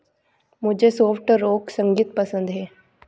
मुझे soft rock संगीत पसंद है